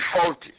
faulty